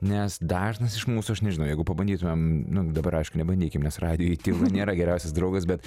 nes dažnas iš mūsų aš nežinau jeigu pabandytumėm nu dabar aišku nebandykit nes radijuj tyla nėra geriausias draugas bet